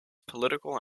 political